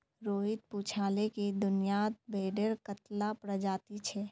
रोहित पूछाले कि दुनियात भेडेर कत्ला प्रजाति छे